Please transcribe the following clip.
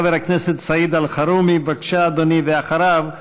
חבר הכנסת סעיד אלחרומי, בבקשה, אדוני, ואחריו,